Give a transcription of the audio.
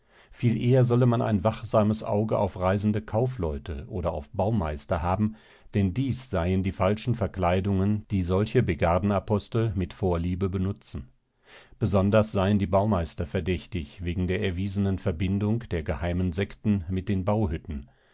viel eher solle man ein wachsames auge auf reisende kaufleute und auf baumeister haben denn dies seien die falschen verkleidungen die solche begardenapostel mit vorliebe benutzen besonders seien die baumeister verdächtig wegen der erwiesenen verbindung der geheimen sekten mit den